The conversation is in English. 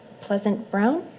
Pleasant-Brown